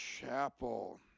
chapel